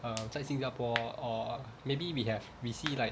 err 在新加坡 or maybe we have we see like